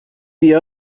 the